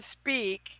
speak